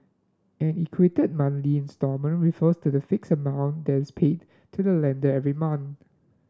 an equated monthly instalment refers to the fixed amount that is paid to the lender every month